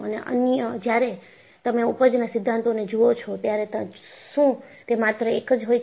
અને જ્યારે તમે ઊપજના સિદ્ધાંતો ને જુઓ છો ત્યારે શું તે માત્ર એક જ હોય છે